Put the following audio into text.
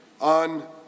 on